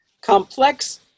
complex